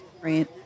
Right